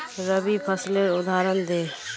रवि फसलेर उदहारण दे?